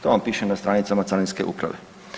To vam piše na stranicama Carinske uprave.